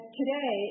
today